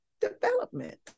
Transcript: development